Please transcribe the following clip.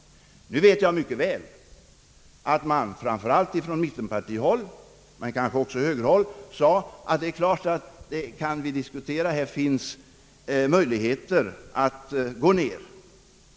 Nu vet jag mycket väl att man framför allt på mittenpartihåll, men kanske också på högerhåll, kan vara med och diskutera, om det finns möjligheter att göra reduceringar.